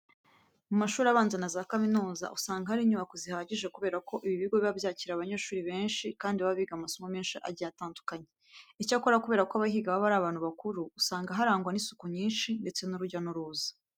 Mu mashuri makuru na za kaminuza, usanga haba hari inyubako zihagije kubera ko ibi bigo biba byakira abanyeshuri benshi kandi baba biga amasomo menshi agiye atandukanye. Icyakora, kubera ko abahiga baba ari abantu bakuru usanga harangwa n'isuku nyinshi ndetse n'urujya n'uruza.